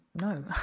No